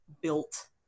built